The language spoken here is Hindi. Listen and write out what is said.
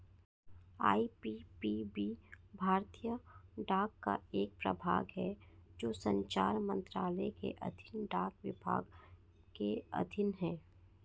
आई.पी.पी.बी भारतीय डाक का एक प्रभाग है जो संचार मंत्रालय के अधीन डाक विभाग के अधीन है